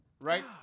Right